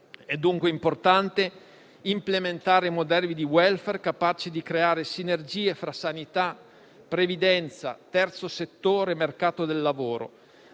È dunque importante implementare modelli di *welfare* capaci di creare sinergie fra sanità, previdenza, terzo settore e mercato del lavoro,